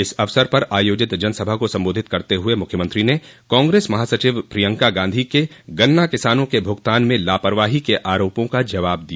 इस अवसर पर आयोजित जनसभा को सम्बोधित करते हुए मुख्यमंत्री ने कांग्रेस महासचिव प्रियंका गांधी के गन्ना किसानों के भुगतान में लापरवाही के आरोपों का जवाब दिया